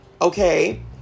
Okay